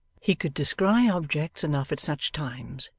he could descry objects enough at such times,